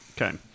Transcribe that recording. Okay